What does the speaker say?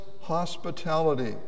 hospitality